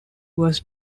was